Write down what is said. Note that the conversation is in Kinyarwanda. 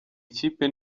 ikipe